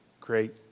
great